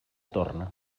torna